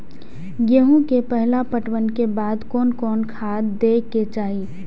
गेहूं के पहला पटवन के बाद कोन कौन खाद दे के चाहिए?